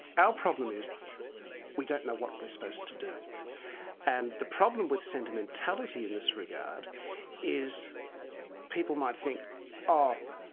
our problem is we don't know what we're supposed to do and the problem with sentimentality in this regard is people might think oh,